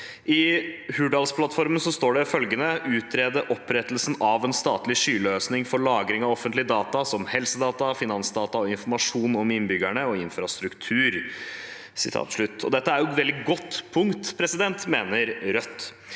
I Hurdalsplattformen står det følgende: «Utrede opprettelsen av en statlig skyløsning for lagring av offentlige data som helsedata, finansdata og informasjon om innbyggere og infrastruktur.» Dette er et veldig godt punkt, mener Rødt.